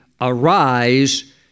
arise